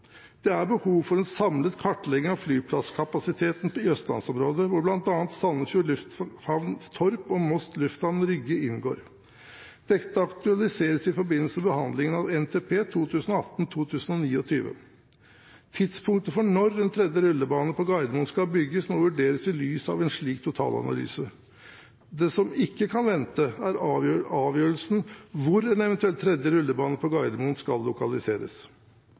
Det er behov for en samlet kartlegging av flyplasskapasiteten i østlandsområdet, hvor bl.a. Sandefjord Lufthavn Torp og Moss Lufthavn Rygge inngår. Dette aktualiseres i forbindelse med behandlingen av NTP 2018–2029. Tidspunktet for når en tredje rullebane på Gardermoen skal bygges, må vurderes i lys av en slik totalanalyse. Det som ikke kan vente, er avgjørelsen av hvor en eventuell tredje rullebane på Gardermoen skal lokaliseres.